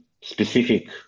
specific